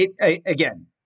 again